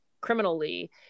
criminally